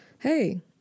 Hey